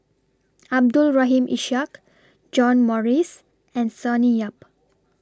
Abdul Rahim Ishak John Morrice and Sonny Yap